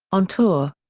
on tour.